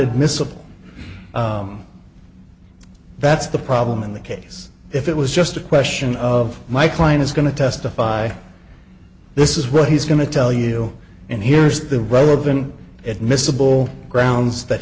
admissible that's the problem in the case if it was just a question of my client is going to testify this is what he's going to tell you and here's the road been admissible grounds that